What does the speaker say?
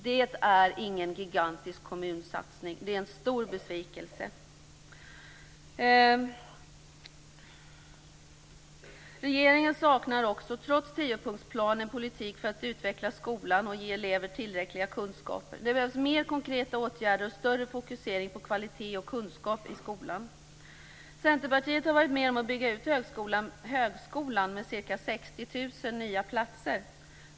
Detta är ingen gigantisk kommunsatsning - det är en stor besvikelse. Trots tiopunktsplanen saknar regeringen en politik för att utveckla skolan och ge elever tillräckliga kunskaper. Det behövs mer konkreta åtgärder och en större fokusering på kvalitet och kunskaper i skolan. Centerpartiet har varit med om att bygga ut högskolan med ca 60 000 nya platser.